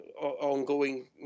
ongoing